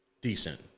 decent